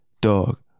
dog